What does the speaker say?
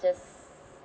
just